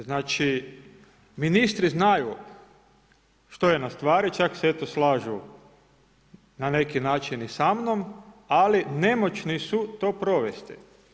Znači, ministri znaju što je na stvari, čak se eto slažu na neki način i samnom, ali nemoćni su to provesti.